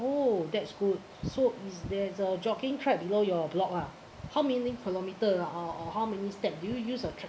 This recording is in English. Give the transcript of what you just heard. oh that's good so is there's a jogging track below your block lah how many kilometre ah or how many step do you use a